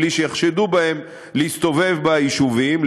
בלי שיחשדו בהם להסתובב ביישובים,